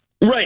Right